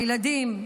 הילדים,